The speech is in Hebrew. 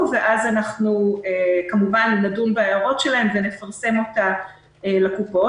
ואז כמובן נדון בהערות שלהם ונפרסם את התוכנית לקופות.